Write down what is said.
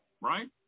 Right